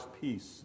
peace